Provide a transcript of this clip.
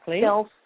self